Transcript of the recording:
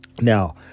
Now